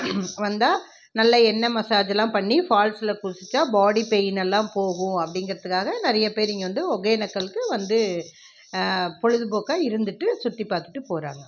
வந்தால் நல்ல எண்ணெய் மஜாஜ்யெலாம் பண்ணி ஃபால்ஸ்சில் குளிச்சுட்டா பாடி பெயின்னெல்லாம் போகும் அப்படிங்கிறதுக்காக நிறையப் பேர் இங்கே வந்து ஒகேனக்கலுக்கு வந்து பொழுதுபோக்காக இருந்துட்டு சுற்றிப் பார்த்துட்டுப் போகிறாங்க